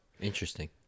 interesting